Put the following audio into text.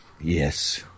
Yes